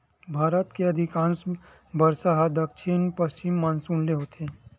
भारत के अधिकांस बरसा ह दक्छिन पस्चिम मानसून ले होथे